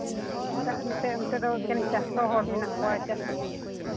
ᱪᱮᱫᱟᱜ ᱮᱱᱛᱮᱫ ᱚᱱᱛᱮ ᱮᱠᱮᱱ ᱪᱟᱥᱚᱜ ᱦᱚᱲ ᱢᱮᱱᱟᱜ ᱠᱚᱣᱟ ᱪᱟᱹᱥᱤ